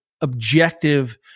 objective